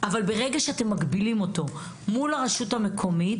אבל ברגע שאתם מגבילים אותו מול הרשות המקומית